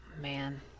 Man